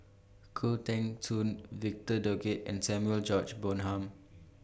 Khoo Teng Soon Victor Doggett and Samuel George Bonham